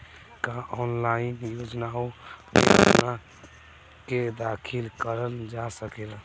का ऑनलाइन योजनाओ में अपना के दाखिल करल जा सकेला?